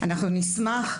אנחנו נשמח.